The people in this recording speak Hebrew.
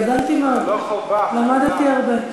גדלתי מאוד, למדתי הרבה.